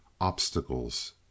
Obstacles